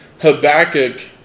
Habakkuk